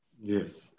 Yes